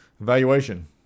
Evaluation